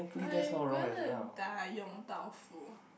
I'm gonna die Yong-Tau-Foo